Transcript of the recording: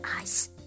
eyes